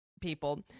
people